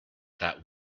that